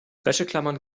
wäscheklammern